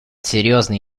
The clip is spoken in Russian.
серьезный